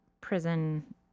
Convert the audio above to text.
prison